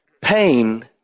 Pain